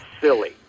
silly